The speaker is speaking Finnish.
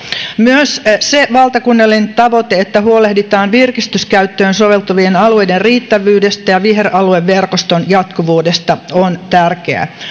myös se valtakunnallinen tavoite että huolehditaan virkistyskäyttöön soveltuvien alueiden riittävyydestä ja viheralueverkoston jatkuvuudesta on tärkeä